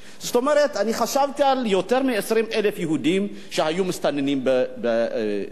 חשבתי על יותר מ-20,000 יהודים שהיו מסתננים בסודן.